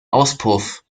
auspuff